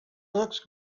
looks